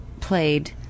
played